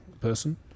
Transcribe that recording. person